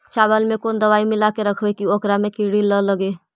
चावल में कोन दबाइ मिला के रखबै कि ओकरा में किड़ी ल लगे?